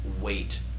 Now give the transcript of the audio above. wait